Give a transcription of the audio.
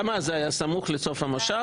גם אז זה היה סמוך לסוף המושב,